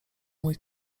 mój